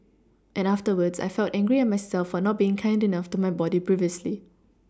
and afterwards I felt angry at myself for not being kind enough to my body previously